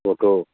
photo